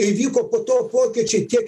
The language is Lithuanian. ir vyko po to pokyčiai tiek